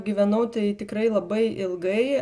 gyvenau tai tikrai labai ilgai